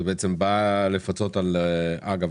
אגב,